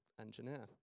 engineer